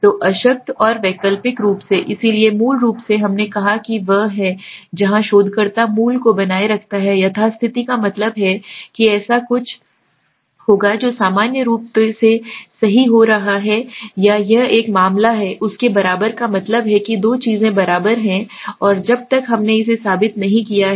तो अशक्त और वैकल्पिक रूप से इसलिए मूल रूप से हमने कहा कि वह है जहां शोधकर्ता मूल को बनाए रखता है यथास्थिति का मतलब है कि कुछ ऐसा होगा जो सामान्य रूप से सही हो रहा है या यह एक मामला है उसके बराबर का मतलब है कि दो चीजें बराबर हैं और जब तक हमने इसे साबित नहीं किया है